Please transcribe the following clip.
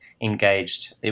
engaged